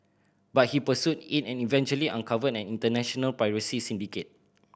but he pursued it and eventually uncovered an international piracy syndicate